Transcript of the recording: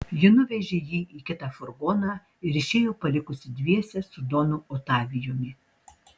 ji nuvežė jį į kitą furgoną ir išėjo palikusi dviese su donu otavijumi